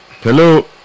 Hello